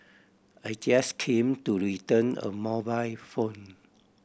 I just came to return a mobile phone